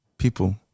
people